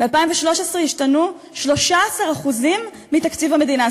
ב-2013 השתנו 13% מתקציב המדינה,